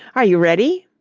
are you ready?